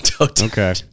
okay